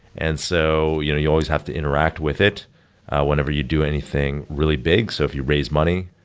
and so you know you always have to interact with it whenever you do anything really big. so if you raise money,